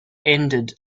ended